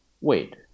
wait